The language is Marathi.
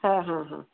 हां हां हां